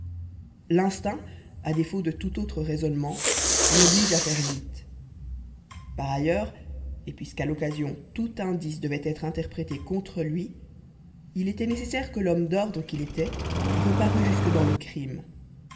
l'instinct à défaut de tout autre raisonnement l'oblige à faire vite par ailleurs et puisqu'à l'occasion tout indice devait être interprété contre lui il était nécessaire que l'homme d'ordre qu'il était reparût jusque dans le crime